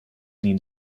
niet